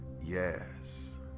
yes